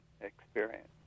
experience